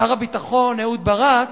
שר הביטחון אהוד ברק,